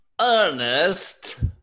Ernest